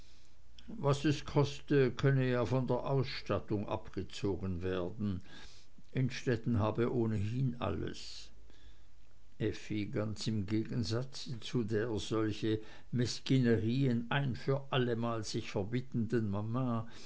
was es koste könne ja von der ausstattung abgezogen werden innstetten habe ohnehin alles effi ganz im gegensatz zu der solche mesquinerien ein für allemal sich verbittenden mama